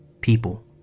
people